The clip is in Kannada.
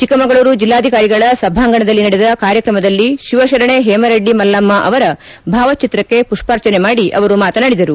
ಚಿಕ್ಕಮಗಳೂರು ಜಿಲ್ಲಾಧಿಕಾರಿಗಳ ಸಭಾಂಗಣದಲ್ಲಿ ನಡೆದ ಕಾರ್ಯಕ್ರಮದಲ್ಲಿ ಶಿವಶರಣೆ ಹೇಮರೆಡ್ಡಿ ಮಲ್ಲಮ್ನ ಅವರ ಭಾವಚಿತ್ರಕ್ಕೆ ಪುಷ್ಪಾರ್ಚನೆ ಮಾಡಿ ಅವರು ಮಾತನಾಡಿದರು